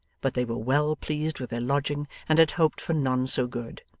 but they were well pleased with their lodging and had hoped for none so good.